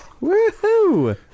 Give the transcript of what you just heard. Woo-hoo